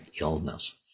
illness